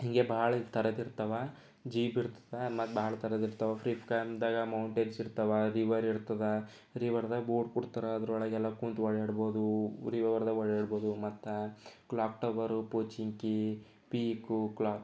ಹೀಗೆ ಬಹಳ ಥರದ್ದು ಇರ್ತವೆ ಜೀಪ್ ಇರ್ತದೆ ಮತ್ತೆ ಭಾಳ ಥರದ್ದು ಇರ್ತವೆ ಫ್ಲಿಪ್ ಕಾರ್ದಾಗೆ ಮೌಂಟೆನ್ಸ್ ಇರ್ತವೆ ರಿವರ್ ಇರ್ತದೆ ರಿವರ್ದಾಗೆ ಬೋಟ್ ಕೊಡ್ತಾರೆ ಅದರೊಳಗೆಲ್ಲ ಕೂತು ಓಡಾಡ್ಬೋದು ರಿವರ್ದಾಗೆ ಹೊರ್ಳ್ಬೋದು ಓಡಾಡ್ಬೋದು ಮತ್ತೆ clock tower Pochinki peak clock